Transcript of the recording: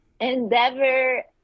endeavor